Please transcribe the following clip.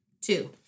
Two